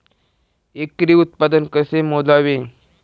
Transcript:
एकरी उत्पादन कसे मोजावे?